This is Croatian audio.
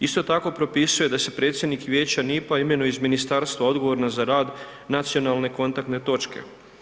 Isto tako, propisuje da se predsjednik Vijeća NIP-a imenuje iz ministarstva odgovornog za rad nacionalne kontaktne točke.